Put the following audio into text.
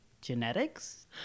genetics